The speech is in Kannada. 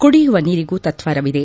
ಕುಡಿಯುವ ನೀರಿಗೆ ತತ್ವಾರವಿದೆ